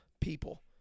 people